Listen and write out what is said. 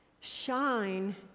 shine